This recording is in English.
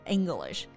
English